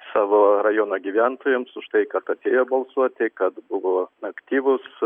savo rajono gyventojams už tai kad atėjo balsuoti kad buvo aktyvūs